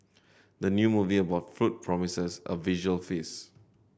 the new movie about food promises a visual feast